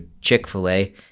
Chick-fil-A